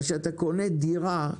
אבל כשקונים דירה,